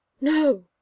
No